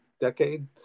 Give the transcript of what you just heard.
decade